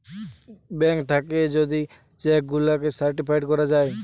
bank থাকে যদি cheque গুলাকে সার্টিফাইড করা যায়